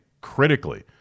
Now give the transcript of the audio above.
critically